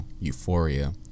Euphoria